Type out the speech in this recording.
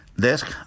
desk